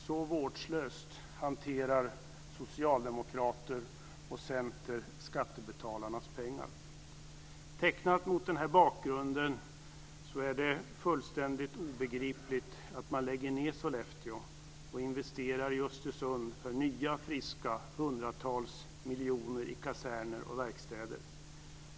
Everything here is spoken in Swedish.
Så vårdslöst hanterar socialdemokrater och Centern skattebetalarnas pengar! Tecknat mot den bakgrunden är det fullständigt obegripligt att man lägger ned Sollefteå och investerar i Östersund för hundratals nya friska miljoner i kaserner och verkstäder.